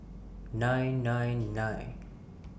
nine nine nine